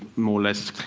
more or less,